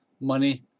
money